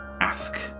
Ask